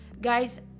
Guys